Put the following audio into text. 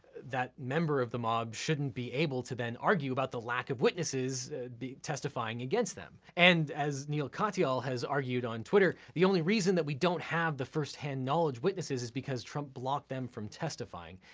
that member of the mob shouldn't be able to then argue about the lack of witnesses testifying against them, and as neal katyal has argued on twitter, the only reason that we don't have the first-hand knowledge witnesses is because trump blocked them from testifying.